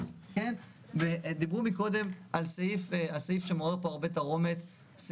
דיברו פה על הסעיף שמעורר פה הרבה תרעומת,